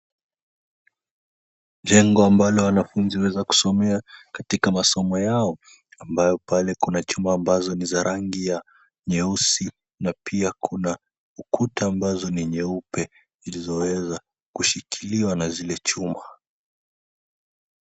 Jengo ambalo wanafunzi huweza kusomea katika masomo yao ambapo pale kuna chuma ambazo ni za rangi ya nyeusi na pia kuna ukuta ambazo ni nyeupe zilizoweza kushikiliwa na zile chuma.